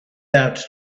out